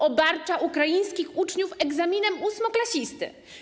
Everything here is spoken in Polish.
Obarcza ukraińskich uczniów egzaminem ósmoklasisty.